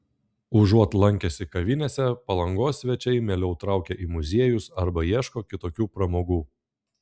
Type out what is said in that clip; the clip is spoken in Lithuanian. užuot lankęsi kavinėse palangos svečiai mieliau traukia į muziejus arba ieško kitokių pramogų